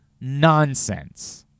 nonsense